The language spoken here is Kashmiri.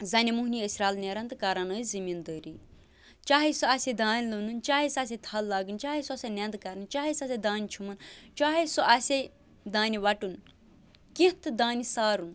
زَنہِ مۅہنِی ٲسۍ رَلہٕ نیران تہٕ کَران ٲسۍ زٔمیٖنٛدٲری چاہے سُہ آسہِ ہَے دانہِ لونُن چاہے سُہ آسہِ ہَے تھل لاگٕنۍ چاہے سُہ آسہِ ہَے نٮ۪نٛدٕ کَرٕنۍ چاہے سُہ آسہِ ہَے دانہِ چھۄمبُن چاہے سُہ آسہِ ہَے دانہِ وٹُن کیٚنٛہہ تہِ دانہِ سارُن